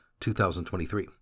2023